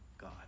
God